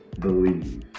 believe